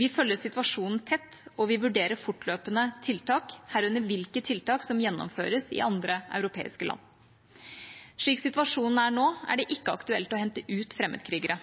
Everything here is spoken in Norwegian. Vi følger situasjonen tett, og vi vurderer fortløpende tiltak, herunder hvilke tiltak som gjennomføres i andre europeiske land. Slik situasjonen er nå, er det ikke aktuelt å hente ut fremmedkrigere.